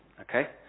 okay